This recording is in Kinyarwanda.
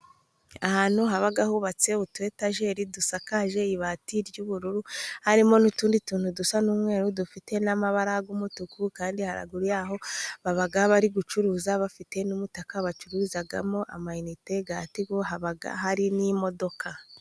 Ahantu haba hubatse utuyetajeri, dusakaje ibati ry'ubururu, harimo n'utundi tuntu dusa n'umweru, dufite n'amabara y'umutuku, kandi haruguru yaho baba bari gucuruza, bafite n'umutaka bacuruzamo amayinite ya tigo, haba hari n'imodoka.